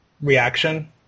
reaction